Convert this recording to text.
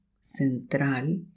central